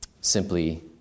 simply